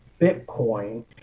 bitcoin